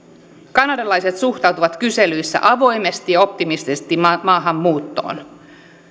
kanadalaiset suhtautuvat kyselyissä avoimesti ja optimistisesti maahanmuuttoon